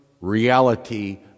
reality